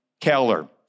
Keller